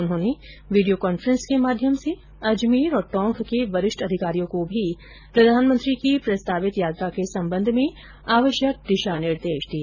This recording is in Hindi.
उन्होंने वीडियो कॉन्फ्रेंस के माध्यम से अजमेर और टोंक के वरिष्ठ अधिकारियों को भी प्रधानमंत्री की प्रस्तावित यात्रा के संबंध में आवश्यक दिशा निर्देश दिए